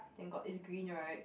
then got is green right